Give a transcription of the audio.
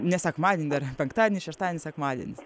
ne sekmadienį dar penktadienį šeštadienį sekmadienis